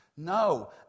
No